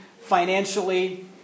financially